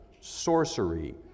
sorcery